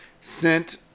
sent